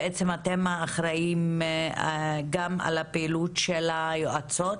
בעצם אתם האחראים גם על הפעילות של היועצות